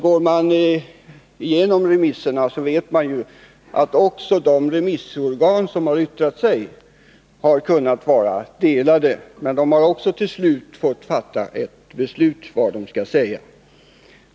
Då man går igenom remissvaren vet man att även de remissorgan som har yttrat sig har kunnat ha delade meningar, men de har till slut fått lov att fatta ett beslut om vad de skall säga.